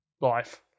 life